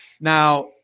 Now